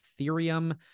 Ethereum